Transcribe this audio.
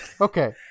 Okay